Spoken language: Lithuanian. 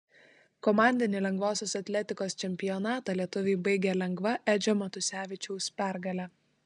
komandinį lengvosios atletikos čempionatą lietuviai baigė lengva edžio matusevičiaus pergale